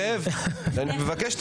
זאב, אני מבקש.